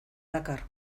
dakar